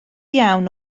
iawn